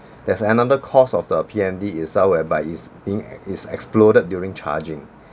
there's another cost of the P_M_D itself whereby it's being it exploded during charging